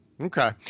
Okay